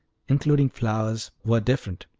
including flowers, were different.